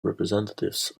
representatives